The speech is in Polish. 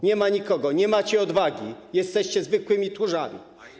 Nie ma nikogo, nie macie odwagi, jesteście zwykłymi tchórzami.